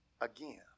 again